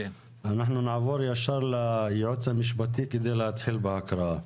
אנחנו נעבור ישר ליועץ המשפטי כדי להתחיל בהקראה.